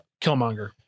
Killmonger